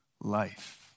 life